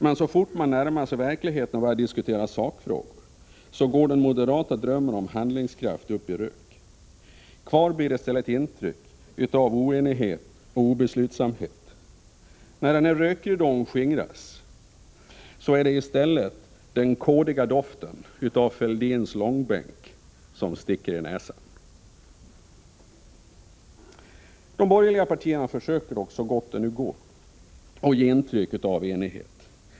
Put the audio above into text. Men så fort man närmar sig verkligheten och börjar diskutera sakfrågor, går den moderata drömmen om handlingskraft upp i rök. Kvar blir i stället intrycket av oenighet och obeslutsamhet. När rökridån har skingrats är det i stället den kådiga doften av Fälldins långbänk som sticker i näsan. De borgerliga partierna försöker dock, så gott det nu går, att ge intryck av enighet.